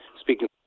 speaking